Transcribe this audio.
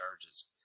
charges